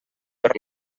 per